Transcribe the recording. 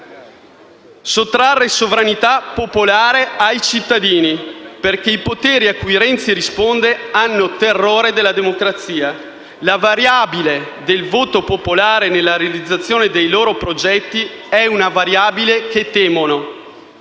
sottrarre sovranità popolare ai cittadini, perché i poteri a cui Renzi risponde hanno terrore della democrazia. La variabile del voto popolare nella realizzazione dei loro progetti è una variabile che temono,